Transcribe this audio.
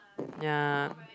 ya